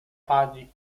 pani